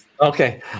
Okay